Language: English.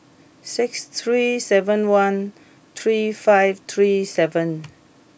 six three seven one three five three seven